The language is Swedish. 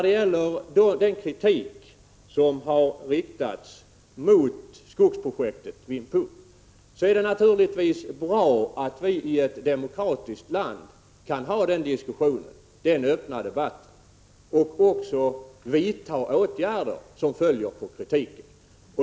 Beträffande kritiken mot skogsprojektet Vinh Phu vill jag säga att det naturligtvis är bra att vi i ett demokratiskt land kan ha en öppen debatt och också vidta åtgärder som en följd av kritiken.